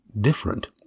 different